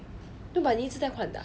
but 你一直在换的 ah